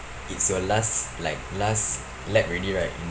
it's your last like last lap already right